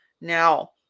Now